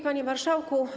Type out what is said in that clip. Panie Marszałku!